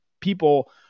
people